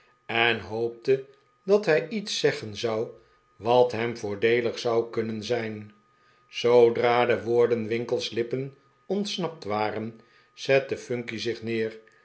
en hoopte dat hij iets zeggen zou wat hem voordeelig zou kunnen zijn zoodra de woorden winkle's lippen ontsnapt waren zette phunky zich neer